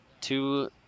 two